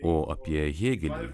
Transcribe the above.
o apie hėgelį